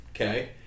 Okay